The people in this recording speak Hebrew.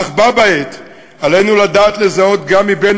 אך בה בעת עלינו לדעת לזהות גם מבין